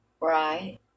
Right